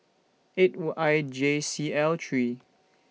eight I J C L three